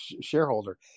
shareholder